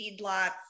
feedlots